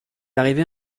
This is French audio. arrivait